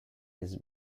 his